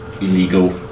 illegal